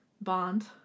bond